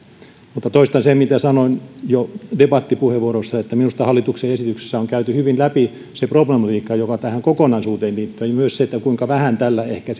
mutta toistan sen mitä sanoin jo debattipuheenvuorossa että minusta hallituksen esityksessä on käyty hyvin läpi se problematiikka joka tähän kokonaisuuteen liittyy ja myös se kuinka vähän tällä ehkä